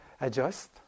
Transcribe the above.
adjust